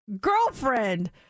girlfriend